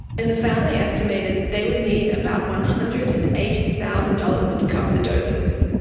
and the family estimated they would need about one hundred and eighty thousand dollars to cover the doses.